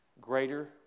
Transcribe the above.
greater